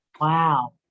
Wow